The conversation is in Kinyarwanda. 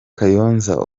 kayonza